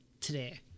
today